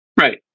Right